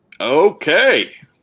Okay